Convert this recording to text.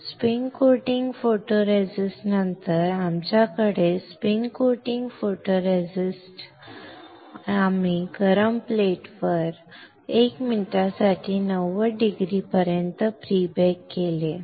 spin coating photoresist नंतर आमच्याकडे spin coating photoresist नंतर आम्ही गरम प्लेटवर 1 मिनिटासाठी 90 डिग्री पर्यंत प्री बेक केले